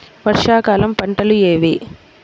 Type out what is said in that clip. వర్షాకాలం పంటలు ఏవి?